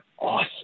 awesome